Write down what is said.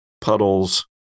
puddles